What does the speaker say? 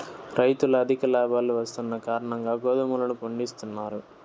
రైతులు అధిక లాభాలు వస్తున్న కారణంగా గోధుమలను పండిత్తున్నారు